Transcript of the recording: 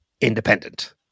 independent